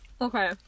okay